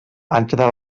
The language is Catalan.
entre